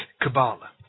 Kabbalah